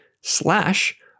slash